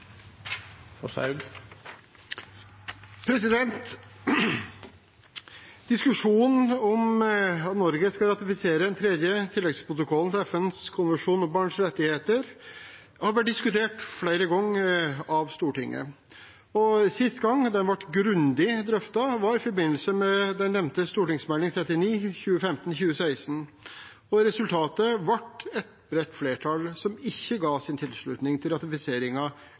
Diskusjonen om Norge skal ratifisere den tredje tilleggsprotokollen til FNs konvensjon om barns rettigheter har vært diskutert flere ganger av Stortinget. Siste gang dette ble grundig drøftet, var i forbindelse med den nevnte Meld. St. 39 for 2015–2016, og resultatet ble et bredt flertall som ikke ga sin tilslutning til